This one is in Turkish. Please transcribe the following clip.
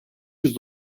yüz